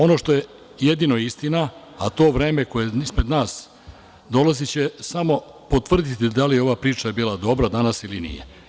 Ono što je jedino istina, to vreme dolazeće koje je ispred nas samo će potvrditi da li je ova priča bila dobra danas ili nije.